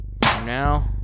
now